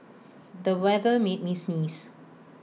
the weather made me sneeze